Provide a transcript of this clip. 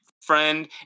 friend